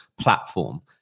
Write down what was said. platform